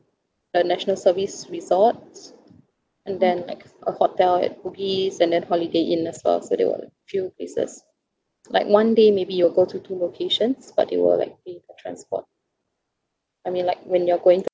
the national service resorts and then like a hotel at Bugis and then holiday inn as well so there were a few places like one day maybe you'll go to two locations but they will like pay for transport I mean like when you're going